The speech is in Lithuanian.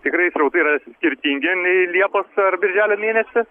tikrai srautai yra skirtingi nei liepos ar birželio mėnesį